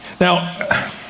Now